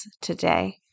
today